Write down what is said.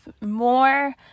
more